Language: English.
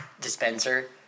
dispenser